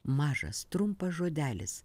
mažas trumpas žodelis